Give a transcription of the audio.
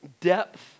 depth